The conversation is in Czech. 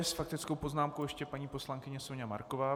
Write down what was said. S faktickou poznámkou ještě paní poslankyně Soňa Marková.